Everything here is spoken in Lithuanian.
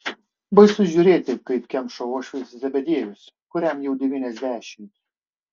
baisu žiūrėti kaip kemša uošvis zebediejus kuriam jau devyniasdešimt